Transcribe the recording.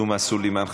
תומא סלימאן,